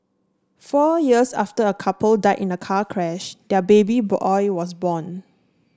four years after a couple died in a car crash their baby boy was born